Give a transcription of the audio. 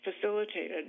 facilitated